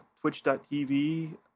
twitch.tv